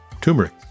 turmeric